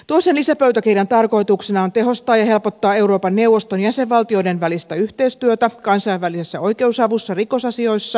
toisen lisäpöytäkirjan tarkoituksena on tehostaa ja helpottaa euroopan neuvoston jäsenvaltioiden välistä yhteistyötä kansainvälisessä oikeusavussa rikosasioissa